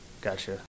gotcha